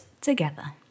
together